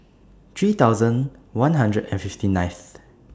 three thousand one hundred and fifty ninth